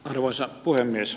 arvoisa puhemies